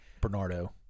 Bernardo